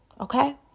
Okay